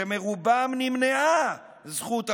שמרובם נמנעה זכות הבחירה.